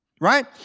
right